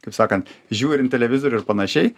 kaip sakant žiūrint televizorių ir panašiai